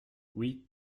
oui